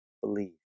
believe